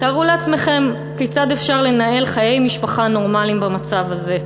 תארו לעצמכם כיצד אפשר לנהל חיי משפחה נורמליים במצב הזה,